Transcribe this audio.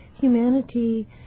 Humanity